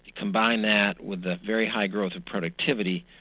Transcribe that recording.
combine that with the very high growth of productivity,